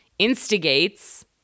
Instigates